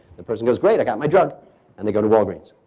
the person goes, great, i got my drug and they go to walgreens.